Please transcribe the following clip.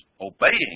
obeying